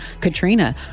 Katrina